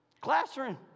classroom